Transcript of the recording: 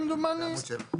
7,